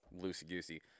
loosey-goosey